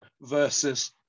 versus